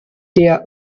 der